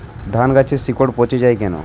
ধানগাছের শিকড় পচে য়ায় কেন?